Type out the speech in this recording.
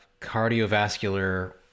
cardiovascular